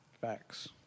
Facts